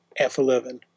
f11